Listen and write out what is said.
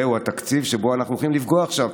זהו התקציב שבו אנחנו הולכים לפגוע עכשיו.